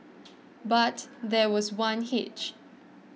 but there was one hitch